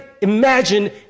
imagine